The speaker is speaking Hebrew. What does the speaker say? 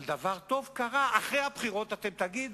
אבל דבר טוב קרה, אחרי הבחירות אתם תגידו,